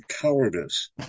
Cowardice